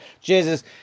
Jesus